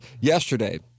Yesterday